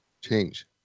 change